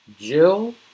Jill